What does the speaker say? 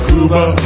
Cuba